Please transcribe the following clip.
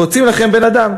פוצעים לכם בן-אדם?